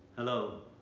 hello,